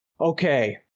Okay